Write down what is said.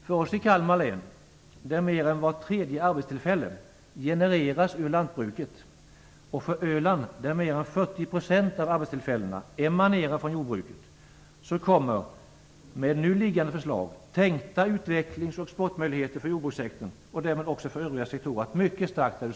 För oss i Kalmar län, där mer än var tredje arbetstillfälle genereras ur lantbruket, och för Öland, där mer än 40 % av arbetstillfällena emanerar från jordbruket, innebär nu liggande förslag att tänkta utvecklings och exportmöjligheter för jordbrukssektorn och därmed också för övriga sektorer reduceras mycket starkt.